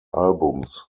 albums